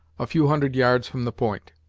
a few hundred yards from the point.